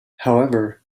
however